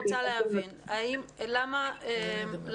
אני חושבת שחשוב מאוד לעשות את ההבחנה בין כספי שיווק